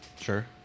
Sure